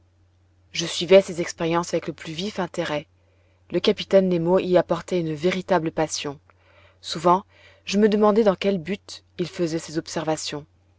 je suivais ces expériences avec le plus vif intérêt le capitaine nemo y apportait une véritable passion souvent je me demandai dans quel but il faisait ces observations